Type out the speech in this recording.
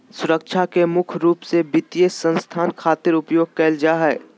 सुरक्षा के मुख्य रूप से वित्तीय संस्था खातिर उपयोग करल जा हय